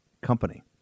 company